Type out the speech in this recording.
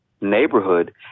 neighborhood